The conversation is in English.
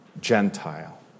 Gentile